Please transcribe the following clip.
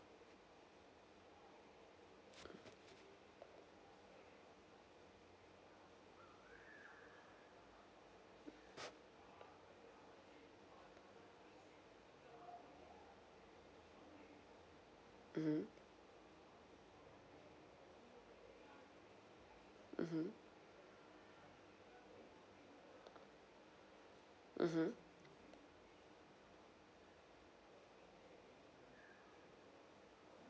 mmhmm mmhmm mmhmm